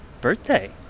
birthday